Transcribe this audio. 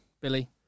Billy